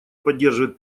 поддерживает